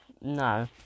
No